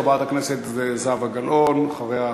חברת הכנסת זהבה גלאון, אחריה,